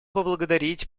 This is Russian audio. поблагодарить